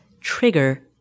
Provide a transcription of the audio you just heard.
trigger